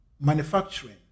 manufacturing